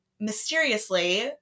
mysteriously